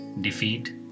Defeat